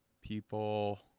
people